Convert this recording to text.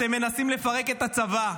אתם מנסים לפרק את הצבא.